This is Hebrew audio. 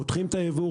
פותחים את הייבוא,